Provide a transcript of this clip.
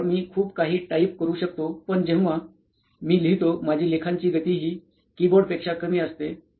त्यावर मी खूप काही टाईप करू शकतो पण जेव्हा मी लिहतो माझी लेखांची गती हि कीबोर्डपेक्षा कमी असते